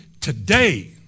today